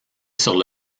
sur